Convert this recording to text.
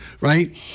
Right